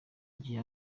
gihe